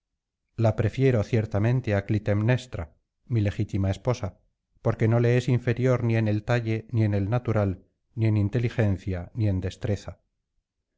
la prefiero ciertamente á clitemnestra mi legítima esposa porque no le es inferior ni en el talle ni en el natural ni en inteligencia ni en destreza